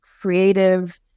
creative